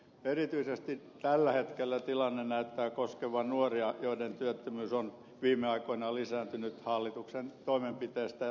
erityisesti tällä hetkellä tilanne näyttää koskevan nuoria joiden työttömyys on viime aikoina lisääntynyt hallituksen toimenpiteistä huolimatta